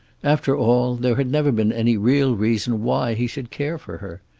after all, there had never been any real reason why he should care for her.